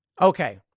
Okay